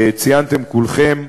ציינתם כולכם,